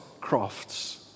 crafts